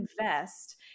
invest